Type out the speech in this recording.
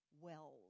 wells